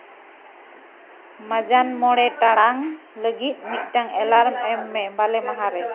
ᱢᱟᱡᱟᱱ ᱢᱚᱬᱮ ᱴᱟᱲᱟᱝ ᱞᱟᱹᱜᱤᱫ ᱢᱤᱫᱴᱟᱝ ᱮᱞᱟᱨᱢ ᱮᱢ ᱢᱮ ᱵᱟᱞᱮ ᱢᱟᱦᱟ ᱨᱮ